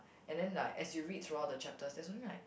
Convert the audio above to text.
and then like as you read throughout the chapters there's only like